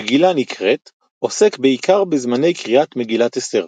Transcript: מגלה נקראת - עוסק בעיקר בזמני קריאת מגילת אסתר.